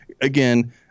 again